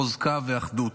חוזקה ואחדות,